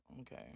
Okay